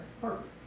perfect